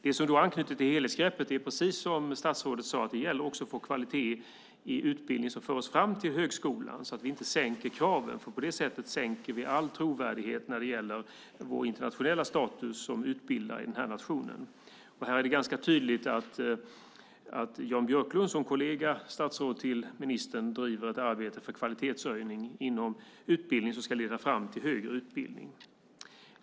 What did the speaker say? Det som då anknyter till helhetsgreppet är, precis som statsrådet sade, att det också gäller att få kvalitet i utbildning som för människor fram till högskolan, så att vi inte sänker kraven, för på det sättet sänker vi all trovärdighet när det gäller vår internationella status som utbildare i denna nation. Här är det ganska tydligt att utbildningsminister Jan Björklund som kollega till ministern driver ett arbete för kvalitetshöjning inom utbildning som ska leda fram till högre utbildning.